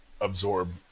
absorb